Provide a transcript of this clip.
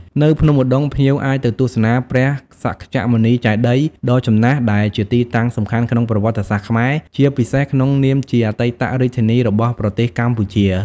នៅភ្នំឧដុង្គ ភ្ញៀវអាចទៅទស្សនាព្រះសក្យមុនីចេតិយដ៏ចំណាស់ដែលជាទីតាំងសំខាន់ក្នុងប្រវត្តិសាស្ត្រខ្មែរ ជាពិសេសក្នុងនាមជាអតីតរាជធានីរបស់ប្រទេសកម្ពុជា។